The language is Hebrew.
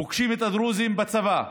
פוגשים את הדרוזים בצבא.